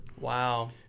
Wow